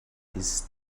ist